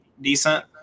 decent